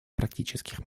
практических